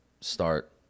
start